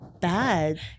bad